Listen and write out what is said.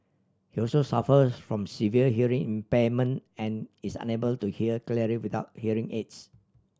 he also suffers from severe hearing impairment and is unable to hear clearly without hearing aids